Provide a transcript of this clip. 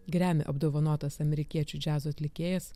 grammy apdovanotas amerikiečių džiazo atlikėjas